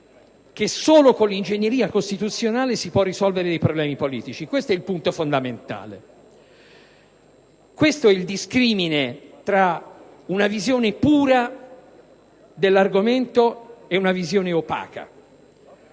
che solo con l'ingegneria costituzionale si possono risolvere i problemi politici. È questo il tema fondamentale, il discrimine tra una visione pura dell'argomento e una visione opaca.